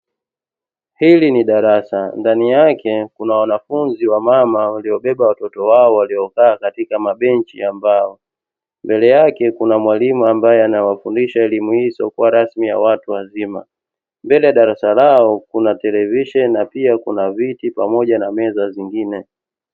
Hili ni darasa ndani yake kuna wanafunzi wamama, waliobeba watoto wao waliokaa katika mabenchi ya mbao, mbele yake kuna mwalimu ambaye anawafundisha elimu hii isiyokuwa rasmi ya watu wazima, mbele ya darasa lao kuna televisheni na pia kuna viti pamoja na meza zingine.